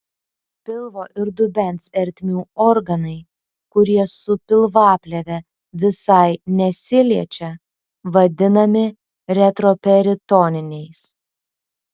pilvo ir dubens ertmių organai kurie su pilvaplėve visai nesiliečia vadinami retroperitoniniais